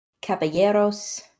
caballeros